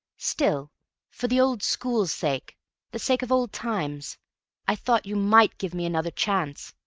still for the old school's sake the sake of old times i thought you might give me another chance.